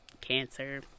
Cancer